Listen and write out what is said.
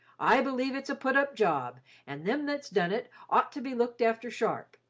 i believe its a put up job and them thats done it ought to be looked after sharp.